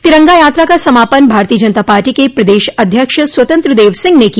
तिरंगा यात्रा का समापन भाजपा के प्रदेश अध्यक्ष स्वतंत्र देव सिंह ने किया